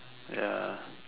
ya